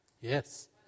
Yes